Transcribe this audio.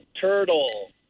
Turtle